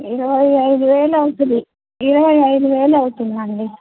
ఇరవై ఐదు వేల అవుతుంది ఇరవై ఐదు వేల అవుతుందండి